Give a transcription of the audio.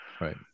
Right